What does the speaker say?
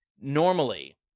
normally